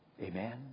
Amen